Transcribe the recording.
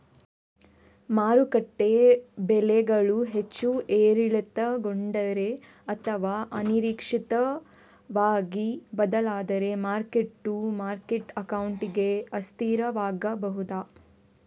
ಮಾರುಕಟ್ಟೆ ಬೆಲೆಗಳು ಹೆಚ್ಚು ಏರಿಳಿತಗೊಂಡರೆ ಅಥವಾ ಅನಿರೀಕ್ಷಿತವಾಗಿ ಬದಲಾದರೆ ಮಾರ್ಕ್ ಟು ಮಾರ್ಕೆಟ್ ಅಕೌಂಟಿಂಗ್ ಅಸ್ಥಿರವಾಗಬಹುದು